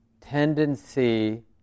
tendency